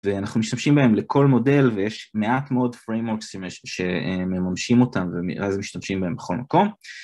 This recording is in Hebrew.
ואנחנו משתמשים בהם לכל מודל, ויש מעט מאוד פריימורקסים מ-ש-א...מממשים אותם ומ-אז משתמשים בהם בכל מקום,